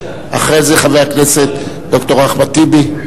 אחרי זה, חבר הכנסת ד"ר אחמד טיבי.